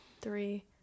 three